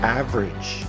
average